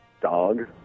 Dog